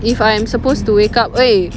if I am supposed to wake up !oi!